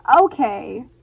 okay